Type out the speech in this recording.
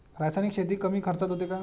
रासायनिक शेती कमी खर्चात होते का?